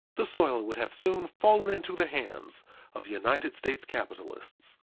the soil would have soon fallen into the hands of united states capitalists.